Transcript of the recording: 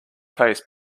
paste